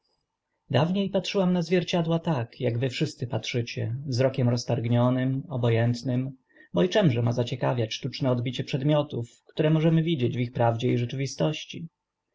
dawnie patrzyłam na zwierciadła tak ak wy wszyscy patrzycie wzrokiem roztargnionym obo ętnym bo i czymże ma zaciekawiać sztuczne odbicie przedmiotów które możemy widzieć w ich prawdzie i rzeczywistości